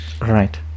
right